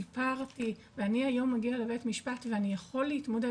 סיפרתי ואני היום מגיע לבית משפט ואני יכול להתמודד